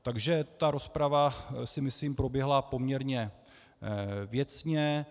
Takže ta rozprava, myslím, proběhla poměrně věcně.